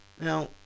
Now